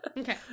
Okay